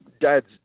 Dad's